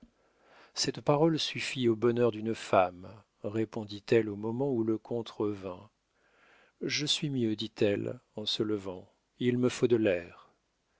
cette parole suffit au bonheur d'une femme répondit-elle au moment où le comte revint je suis mieux dit-elle en se levant il me faut de l'air